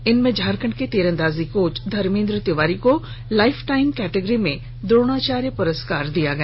इनमें झारखड के तीरंदाजी कोच धर्मेंद्र तिवारी को लाइफटाइम कैटेगरी में द्रोणाचार्य पुरस्कार प्रदान किया गया